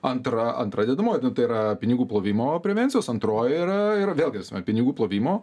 antra antra dedamoji nu tai yra pinigų plovimo prevencijos antroji yra ir vėlgi pinigų plovimo